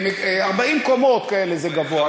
40 קומות כאלה, זה גבוה.